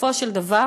בסופו של דבר,